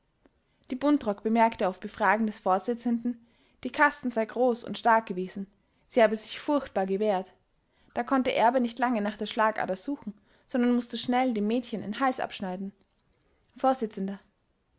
die buntrock bemerkte auf befragen des vorsitzenden die kasten sei groß und stark gewesen sie habe sich furchtbar gewehrt da konnte erbe nicht lange nach der schlagader suchen sondern mußte schnell dem mädchen den hals abschneiden